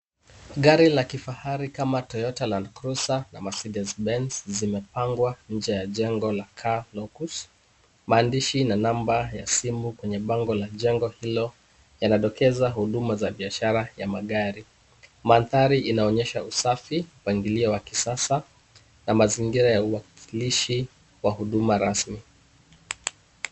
Gari la kifahari kama Toyota land cruiser na mercedes Benz zimepangwa nje ya jengo la car locals maandishi na namba ya simu kwenye bango la jengo hilo yanadokeza huduma za biashara ya magari. Mandhari yanaonyesha usafi, mpangilio wa kisasa na mazingira ya uwakilishi kwa huduma rasmi.